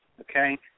okay